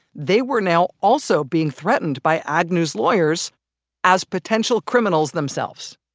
they were now also being threatened by agnew's lawyers as potential criminals themselves.